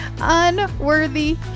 Unworthy